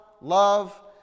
love